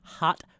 hot